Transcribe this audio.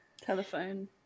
Telephone